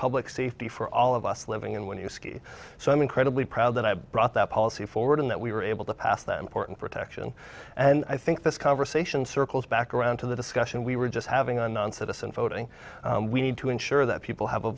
public safety for all of us living in when you ski so i'm incredibly proud that i brought that policy forward in that we were able to pass them porton protection and i think this conversation circles back around to the discussion we were just having a non citizen voting we need to ensure that people have a